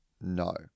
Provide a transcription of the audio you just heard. No